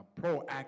proactive